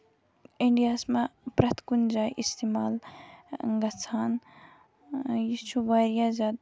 اِنڈیاہَس منٛز پرٮ۪تھ کُنہِ جایہِ اِستعمال گژھان یہِ چھُ واریاہ زیادٕ